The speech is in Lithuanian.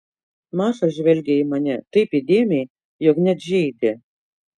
maša žvelgė į mane taip įdėmiai jog net žeidė